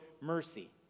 mercy